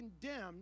condemned